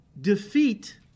defeat